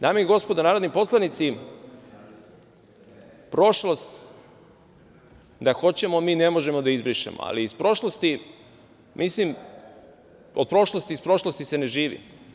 Dame i gospodo narodni poslanici, prošlost da hoćemo mi ne možemo da izbrišemo, ali iz prošlosti, milim, o prošlosti, iz prošlosti se ne živi.